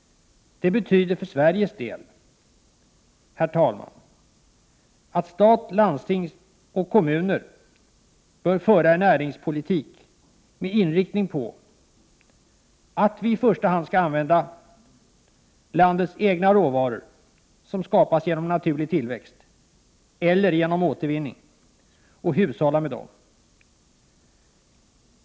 Det betyder för Sveriges del, herr talman, att stat, landsting och kommuner bör föra en näringspolitik med inriktning på att vi i första hand skall använda landets egna råvaror, som skapas genom naturlig tillväxt eller genom återvinning, och hushålla med dem.